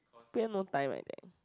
spend more time I think